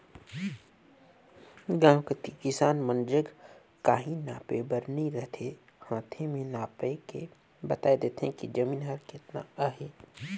गाँव कती किसान मन जग काहीं नापे बर नी रहें ता हांथे में नाएप के बताए देथे कि जमीन हर केतना अहे